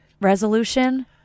resolution